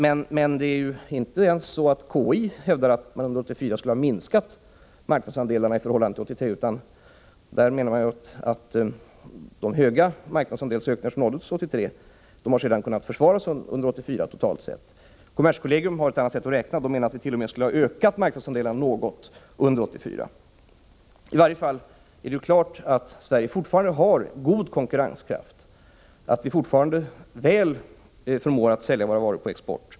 Inte ens konjunkturinstitutet hävdar att marknadsandelarna skulle ha minskat under 1984 i förhållande till 1983, utan man menar att de stora ökningar av marknadsandelarna som nåddes 1983 har kunnat försvaras under 1984 totalt sett. Kommerskollegium har ett annat sätt att räkna och menar att vi t.o.m. skulle ha ökat marknadsandelarna något under 1984. I varje fall är det klart att Sverige fortfarande har god konkurrenskraft, att vi fortfarande väl förmår att sälja våra varor på export.